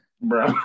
Bro